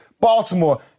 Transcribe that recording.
Baltimore